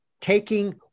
taking